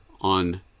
on